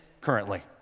currently